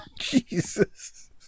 Jesus